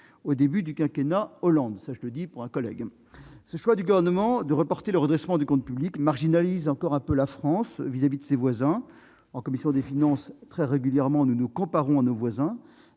au début du quinquennat Hollande. Ce choix du Gouvernement de reporter le redressement des comptes publics marginalise encore un peu plus la France vis-à-vis de ses voisins. En commission des finances, très régulièrement, nous nous comparons à eux,